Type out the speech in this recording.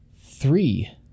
three